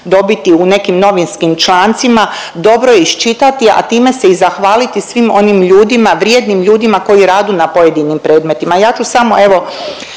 dobiti u nekim novinskim člancima, dobro je iščitati, a time se i zahvaliti svim onim ljudima, vrijednim ljudima koji radu na pojedinim predmetima.